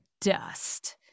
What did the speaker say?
dust